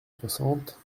soixante